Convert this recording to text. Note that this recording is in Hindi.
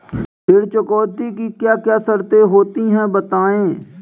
ऋण चुकौती की क्या क्या शर्तें होती हैं बताएँ?